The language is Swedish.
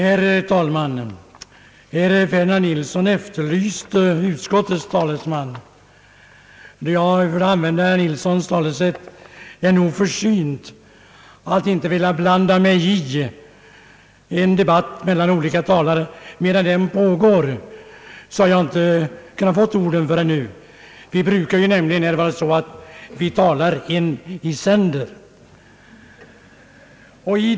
Herr talman! Herr Ferdinand Nilsson efterlyste utskottets talesman i den här frågan. Eftersom jag — för att använda herr Nilssons talesätt — är nog försynt att inte vilja blanda mig i en debatt mellan olika talare medan den pågår har jag inte velat begära ordet förrän nu. Det brukar ju vara så här i kammaren att vi talar en i sänder.